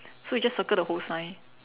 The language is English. so you just circle the whole sign